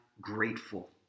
grateful